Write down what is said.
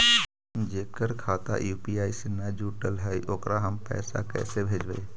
जेकर खाता यु.पी.आई से न जुटल हइ ओकरा हम पैसा कैसे भेजबइ?